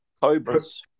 Cobras